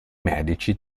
medici